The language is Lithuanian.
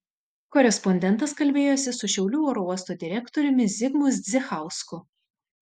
korespondentas kalbėjosi su šiaulių oro uosto direktoriumi zigmui zdzichausku